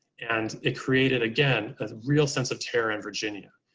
and it created again, a real sense of terror in virginia.